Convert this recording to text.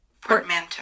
Portmanteau